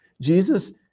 Jesus